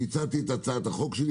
והצעתי את הצעת החוק שלו.